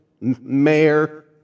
mayor